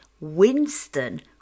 Winston